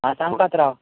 आं सांग पात्रांव